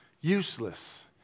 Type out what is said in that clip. useless